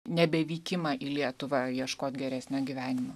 nebevykimą į lietuvą ieškoti geresnio gyvenimo